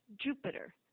Jupiter